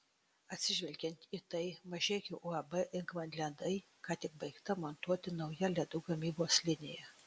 atsižvelgiant į tai mažeikių uab ingman ledai ką tik baigta montuoti nauja ledų gamybos linija